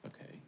Okay